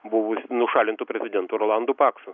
buvusiu nušalintu prezidentu rolandu paksu